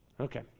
Okay